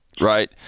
right